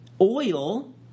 oil